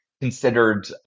considered